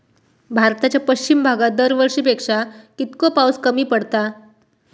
भारताच्या पश्चिम भागात दरवर्षी पेक्षा कीतको पाऊस कमी पडता?